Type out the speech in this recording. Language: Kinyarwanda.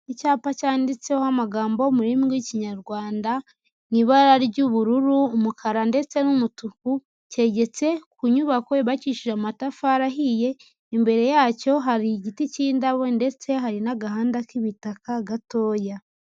Icyapa cyanditseho amagambo umurimi rw'ikinyarwanda, mu ibara ry'ubururu, umukara ndetse n'umutuku, cyegetse ku nyubako yubakishije amatafari ahiye, imbere yacyo hari igiti cy'indabo, ndetse hari n'agahanda k'ibitaka gatoya.